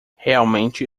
realmente